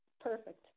Perfect